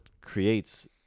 creates